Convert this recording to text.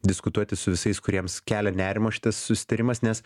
diskutuoti su visais kuriems kelia nerimą šitas susitarimas nes